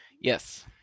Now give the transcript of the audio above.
Yes